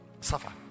Suffer